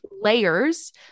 layers